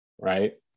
Right